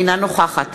אינה נוכחת